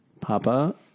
Papa